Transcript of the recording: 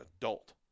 adult